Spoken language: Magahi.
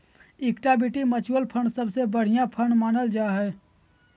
इक्विटी म्यूच्यूअल फंड सबसे बढ़िया फंड मानल जा हय